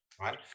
right